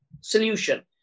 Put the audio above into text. solution